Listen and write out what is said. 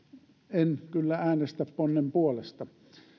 en kyllä äänestä ponnen puolesta